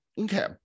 okay